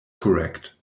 correct